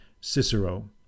Cicero